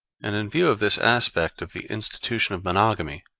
and in view of this aspect of the institution of monogamy,